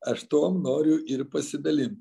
aš tuom noriu ir pasidalint